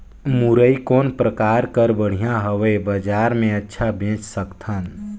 मुरई कौन प्रकार कर बढ़िया हवय? बजार मे अच्छा बेच सकन